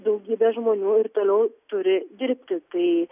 daugybė žmonių ir toliau turi dirbti tai